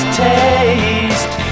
taste